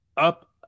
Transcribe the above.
up